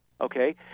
okay